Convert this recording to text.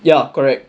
ya correct